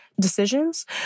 decisions